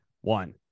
one